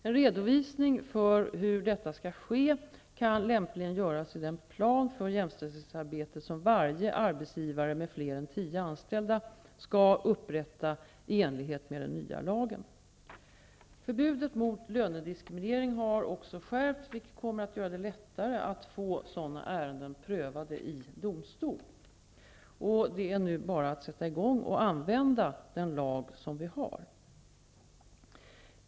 En redovisning för hur detta skall ske kan lämpligen göras i den plan för jämställdhetsarbetet som varje arbetsgivare med fler än tio anställda skall upprätta i enlighet med den nya lagen. Förbudet mot lönediskriminering har också skärpts, vilket kommer att göra det lättare att få sådana ärenden prövade i domstol. Det är nu bara att sätta i gång och använda den lag vi har.